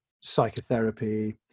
psychotherapy